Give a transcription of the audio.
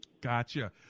gotcha